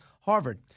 Harvard